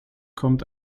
kommt